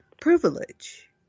privilege